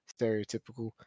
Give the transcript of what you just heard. stereotypical